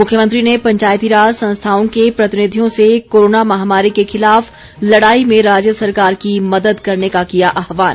मुख्यमंत्री ने पंचायतीराज संस्थाओं के प्रतिनिधियों से कोरोना महामारी के खिलाफ लड़ाई में राज्य सरकार की मदद करने का किया आहवान